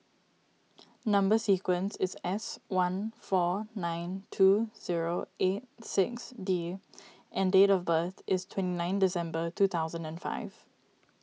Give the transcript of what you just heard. Number Sequence is S one four nine two zero eight six D and date of birth is twenty nine December two thousand and five